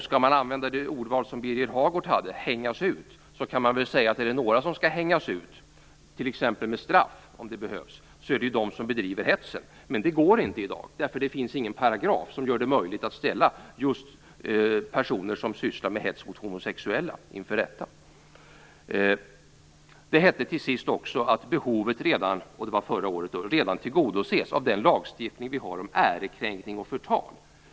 Skall man använda Birger Hagårds ordval, hängas ut, kan man väl säga att är det några som skall hängas ut, t.ex. med straff om det behövs, är det de som bedriver hetsen. Men det går inte i dag, därför att det inte finns någon paragraf som gör det möjligt att ställa just personer som sysslar med hets mot homosexuella inför rätta. Det hette till sist också förra året att behovet redan tillgodoses av den lagstiftning vi har om ärekränkning och förtal.